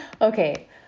okay